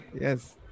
Yes